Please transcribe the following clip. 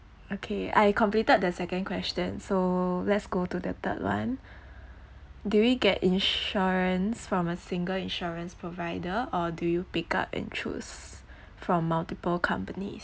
okay I completed the second question so let's go to the third one do we get insurance from a single insurance provider or do you pick up and choose from multiple companies